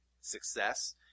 success